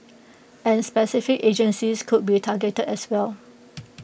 and specific agencies could be targeted as well